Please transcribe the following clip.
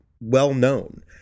well-known